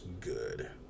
good